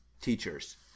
teachers